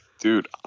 Dude